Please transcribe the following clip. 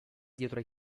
dietro